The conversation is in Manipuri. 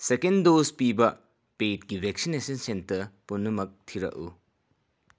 ꯁꯦꯀꯦꯟ ꯗꯣꯖ ꯄꯤꯕ ꯄꯦꯠꯀꯤ ꯚꯦꯛꯁꯤꯅꯦꯁꯟ ꯁꯦꯟꯇꯔ ꯄꯨꯝꯅꯃꯛ ꯊꯤꯔꯛꯎ